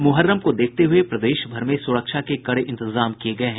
मुहर्रम को देखते हुये प्रदेश भर में सुरक्षा के कड़े इंतजाम किये गये हैं